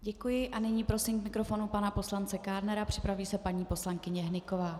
Děkuji a nyní prosím k mikrofonu pana poslance Kádnera, připraví se paní poslankyně Hnyková.